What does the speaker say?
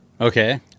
Okay